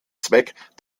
zweck